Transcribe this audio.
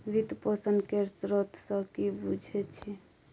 वित्त पोषण केर स्रोत सँ कि बुझै छी